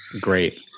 Great